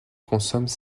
consomment